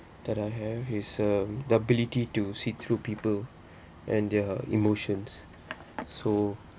that I have is um the ability to see through people and their emotions so